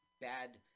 bad